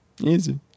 easy